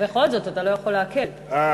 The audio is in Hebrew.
ובכל זאת, אתה לא יכול להקל ראש.